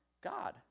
God